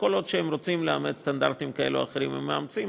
וכל עוד הם רוצים לאמץ סטנדרטים כאלה או אחרים הם מאמצים,